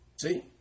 See